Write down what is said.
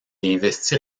investit